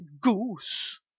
goose